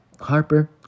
Harper